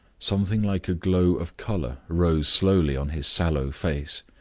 something like a glow of color rose slowly on his sallow face.